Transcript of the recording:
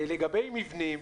לגבי מבנים,